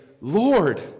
Lord